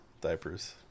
Diapers